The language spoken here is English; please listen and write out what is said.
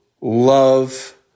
love